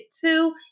two